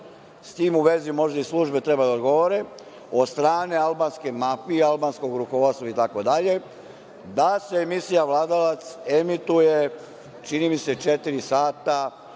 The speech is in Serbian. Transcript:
s tim u vezi možda i službe treba da odgovore, od strane albanske mafije, albanskog rukovodstva itd, da se emisija „Vladalac“ emituje, čini mi se, četiri sata